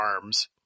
arms